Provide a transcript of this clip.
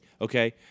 Okay